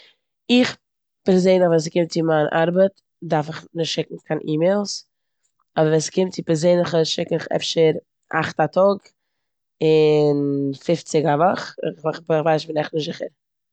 איך פערזענליך ווען ס'קומט צו מיין ארבעט דארף איך נישט שיקן קיין אימעילס אבער ווען ס'קומט צו פערזענליכע שיק איך אפשר אכט א טאג און פופציג א וואך. כ- כ- כ- כ'ווייס נישט, כ'בין עכט נישט זיכער.